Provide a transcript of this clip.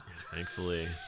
thankfully